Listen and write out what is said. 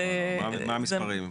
מה המספרים?